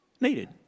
needed